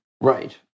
Right